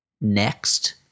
Next